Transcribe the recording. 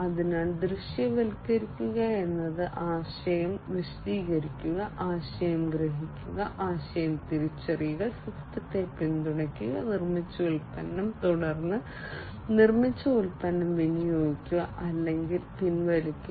അതിനാൽ ദൃശ്യവൽക്കരിക്കുക എന്നാൽ ആശയം ആശയം വിശദീകരിക്കുക ആശയം ഗ്രഹിക്കുക ആശയം തിരിച്ചറിയുക സിസ്റ്റത്തെ പിന്തുണയ്ക്കുക നിർമ്മിച്ച ഉൽപ്പന്നം തുടർന്ന് നിർമ്മിച്ച ഉൽപ്പന്നം വിനിയോഗിക്കുക അല്ലെങ്കിൽ പിൻവലിക്കുക